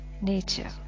nature